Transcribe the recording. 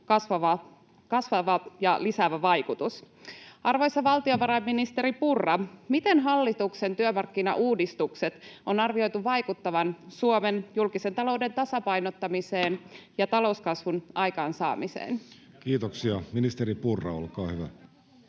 kasvattava ja lisäävä vaikutus. Arvoisa valtiovarainministeri Purra, miten hallituksen työmarkkinauudistusten on arvioitu vaikuttavan Suomen julkisen talouden tasapainottamiseen ja talouskasvun aikaansaamiseen? [Timo Harakka: Ja